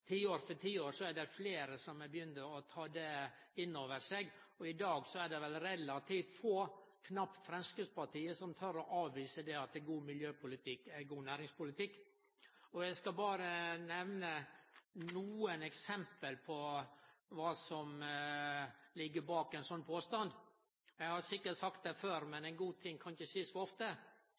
tiår for tiår er fleire som begynner å ta det innover seg. I dag er det vel relativt få, knapt nok Framstegspartiet, som tør å avvise at god miljøpolitikk er god næringspolitikk. Eg skal berre nemne nokre eksempel på kva som ligg bak ein sånn påstand. Eg har sikkert sagt det før, men ein god ting kan ikkje seiast for ofte.